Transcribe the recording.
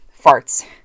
farts